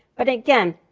but again,